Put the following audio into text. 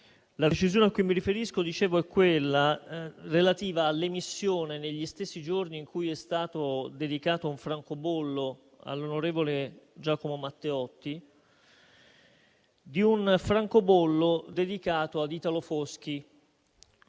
di una nostra interrogazione - è quella relativa all'emissione, negli stessi giorni in cui è stato dedicato un francobollo all'onorevole Giacomo Matteotti, di un francobollo dedicato ad Italo Foschi,